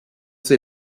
ses